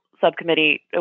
subcommittee